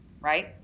right